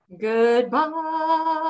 goodbye